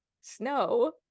snow